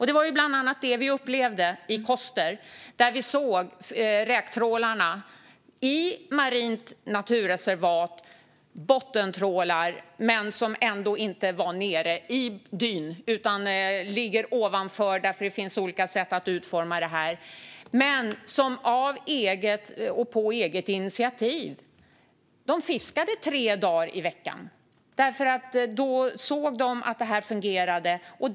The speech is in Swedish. Ett exempel på detta är Koster, där räktrålarna bottentrålade grunt i marint naturreservat utan att vara nere i dyn. På eget initiativ fiskade de tre dagar i veckan därför att de såg att det fungerade då.